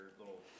little